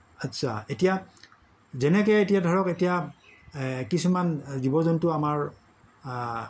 আচ্ছা এতিয়া যেনেকে এতিয়া ধৰক এতিয়া কিছুমান জীৱ জন্তু আমাৰ